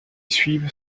suivent